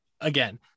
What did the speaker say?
again